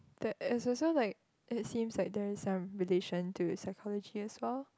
that is also like it seems like there is some relation to psychology as well